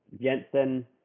Jensen